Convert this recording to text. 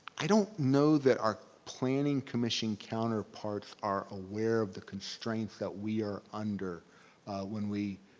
i don't know that our planning commission counterparts are aware of the constraints that we are under when we